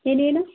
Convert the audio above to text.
ಏನು ಏನು